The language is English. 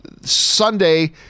Sunday